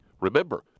Remember